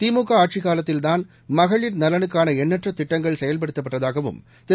திமுகஆட்சிக் காலத்தில்தான் மகளிர் நலனுக்கானஎண்ணற்றதிட்டங்கள் செயல்படுத்தப்பட்டதாகவும் திரு